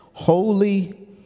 holy